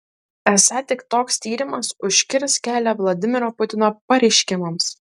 esą tik toks tyrimas užkirs kelią vladimiro putino pareiškimams